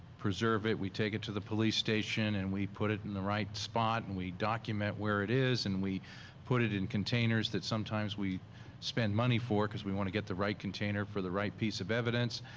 preserve it, we take it to the police station, and we put it in the right spot, and we document where it is, and we put it in containers that sometimes we spend money for because we want to get the right container for the right piece of evidence.